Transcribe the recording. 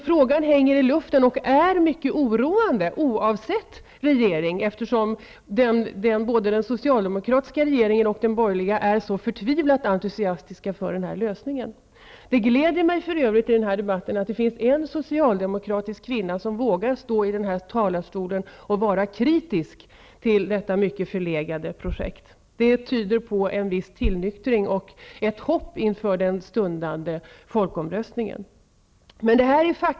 Frågan hänger i luften och är mycket oroande oavsett regering, eftersom både den tidigare socialdemokratiska regeringen och de borgerliga regeringen är så förtvivlat entusiastiska för den här lösningen. För övrigt gläder det mig att det finns en socialdemokratisk kvinna i den här debatten som vågar stå i talarstolen och vara kritisk till detta mycket förlegade projekt. Det tyder på en viss tillnyktring och inger hopp inför den stundande folkomröstningen.